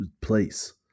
place